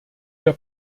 der